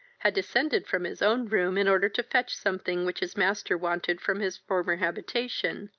had descended from his own room in order to fetch something which his master wanted from his former habitation,